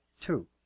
Two